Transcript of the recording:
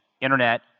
internet